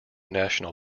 national